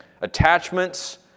Attachments